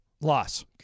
Loss